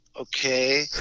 okay